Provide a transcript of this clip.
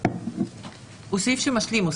הוא סעיף משלים.